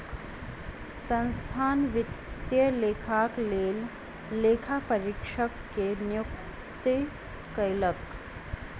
संस्थान वित्तीय लेखाक लेल लेखा परीक्षक के नियुक्ति कयलक